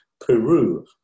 Peru